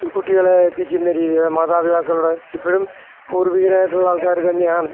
കുട്ടികളെ എത്തിക്കുന്ന രീതിയാണ് മാതാപിതാക്കളുടെ ഇപ്പഴും പൂർവികരായിട്ടുള്ള ആൾക്കാർ തന്നെയാണ്